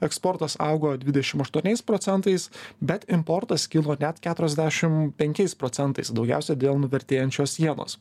eksportas augo dvidešim aštuoniais procentais bet importas kilo net keturiasdešim penkiais procentais daugiausia dėl nuvertėjančios jenos